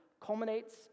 culminates